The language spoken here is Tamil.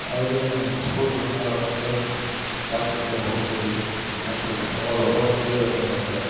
அதிலியும் ஸ்போர்ட்ஸ்லேர்ந்து மேலே வந்தவங்க பாக்சிங்கில் முகமது அலி மைக் டைசன் இவங்களெல்லாம் ரொம்ப கீழேயிருந்து வந்தவங்க